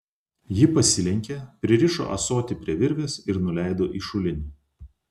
ji pasilenkė pririšo ąsotį prie virvės ir nuleido į šulinį